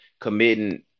committing